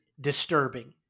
Disturbing